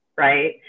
right